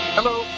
Hello